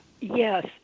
Yes